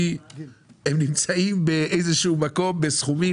כי הם נמצאים באיזה שהוא מקום בסכומים